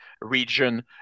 region